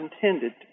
intended